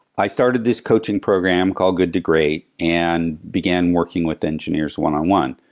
i started this coaching program called good to great and began working with engineers one on one.